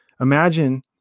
imagine